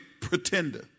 pretender